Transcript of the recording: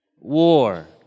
war